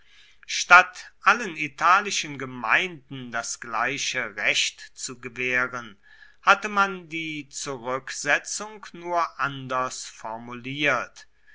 statt allen italischen gemeinden das gleiche recht zu gewähren hatte man die zurücksetzung nur anders formuliert